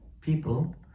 people